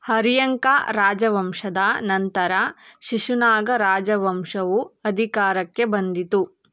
ಹರ್ಯಂಕ ರಾಜವಂಶದ ನಂತರ ಶಿಶುನಾಗ ರಾಜವಂಶವು ಅಧಿಕಾರಕ್ಕೆ ಬಂದಿತು